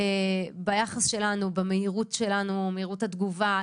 ביחס שלנו, במהירות שלנו, במהירות התגובה.